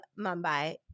Mumbai